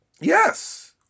Yes